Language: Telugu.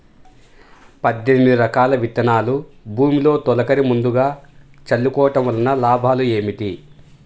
పద్దెనిమిది రకాల విత్తనాలు భూమిలో తొలకరి ముందుగా చల్లుకోవటం వలన లాభాలు ఏమిటి?